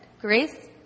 Grace